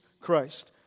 Christ